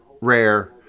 Rare